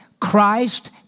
Christ